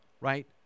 right